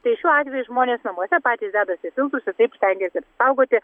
tai šiuo atveju žmonės namuose patys dedasi filtrus ir taip stengiasi apsisaugoti